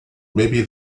maybe